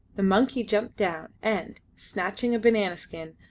the monkey jumped down, and, snatching a banana skin,